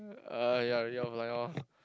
uh ya read off line loh